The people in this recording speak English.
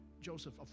Joseph